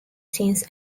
since